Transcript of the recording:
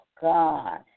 God